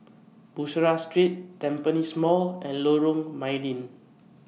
Bussorah Street Tampines Mall and Lorong Mydin